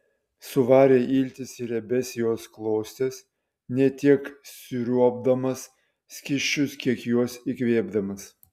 suvarė iltis į riebias jos klostes ne tiek sriuobdamas skysčius kiek juos įkvėpdamas